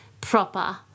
proper